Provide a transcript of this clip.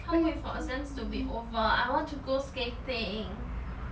can't wait for exams to be over I want to go skating